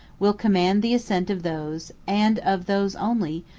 will command the assent of those, and of those only,